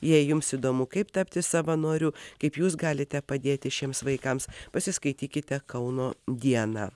jei jums įdomu kaip tapti savanoriu kaip jūs galite padėti šiems vaikams pasiskaitykite kauno dieną